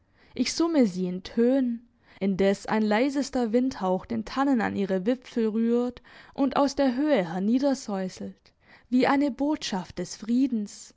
ich summe sie in tönen indes ein leisester windhauch den tannen an ihre wipfel rührt und aus der höhe herniedersäuselt wie eine botschaft des friedens